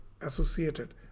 associated